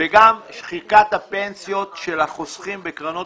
וגם שחיקת הפנסיות של החוסכים בקרנות